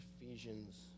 Ephesians